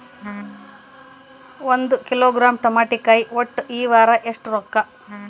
ಒಂದ್ ಕಿಲೋಗ್ರಾಂ ತಮಾಟಿಕಾಯಿ ಒಟ್ಟ ಈ ವಾರ ಎಷ್ಟ ರೊಕ್ಕಾ?